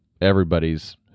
everybody's